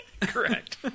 Correct